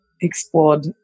explored